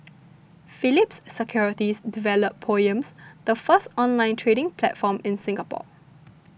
Phillips Securities developed Poems the first online trading platform in Singapore